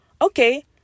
okay